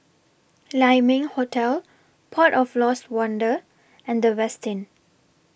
Lai Ming Hotel Port of Lost Wonder and The Westin